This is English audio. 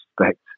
respect